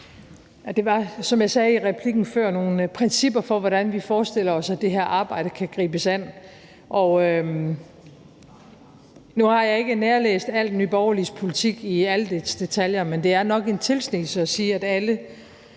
Der var, som jeg sagde i replikken før, nogle principper for, hvordan vi forestiller os at det her arbejde kan gribes an. Nu har jeg ikke nærlæst Nye Borgerliges politik i alle dens detaljer, men det er nok en tilsnigelse at sige, at alle